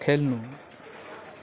खेल्नु